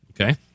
Okay